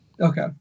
Okay